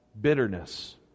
bitterness